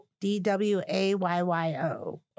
D-W-A-Y-Y-O